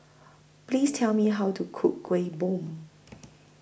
Please Tell Me How to Cook Kueh Bom